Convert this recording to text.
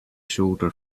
shoulder